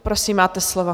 Prosím, máte slovo.